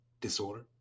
disorder